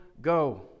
go